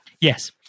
yes